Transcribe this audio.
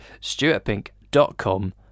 stuartpink.com